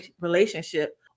relationship